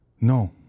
no